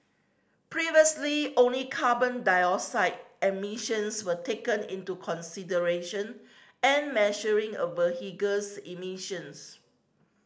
previously only carbon dioxide emissions were taken into consideration and measuring a vehicle's emissions